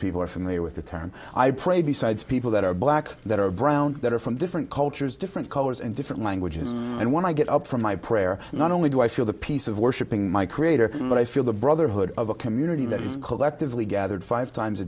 people are familiar with the term i pray besides people that are black that are brown that are from different cultures different cultures and different languages and when i get up from my prayer not only do i feel the peace of worshipping my creator but i feel the brotherhood of a community that is collectively gathered five times a